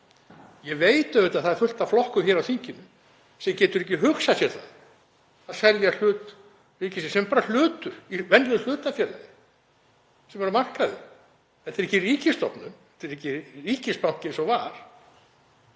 Ég veit auðvitað að það er fullt af flokkum á þinginu sem geta ekki hugsað sér að selja hlut ríkisins, sem er bara hlutur í venjulegu hlutafélagi sem er á markaði. Þetta er ekki ríkisstofnun. Þetta er ekki ríkisbanki eins og var.